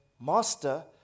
master